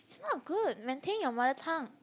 it's not good maintain your mother tongue